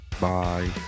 bye